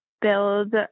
build